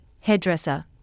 hairdresser